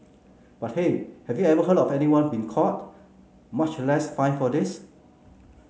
but hey have you ever heard of anyone being caught much less fined for this